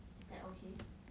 is that okay